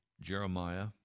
Jeremiah